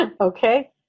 Okay